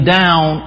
down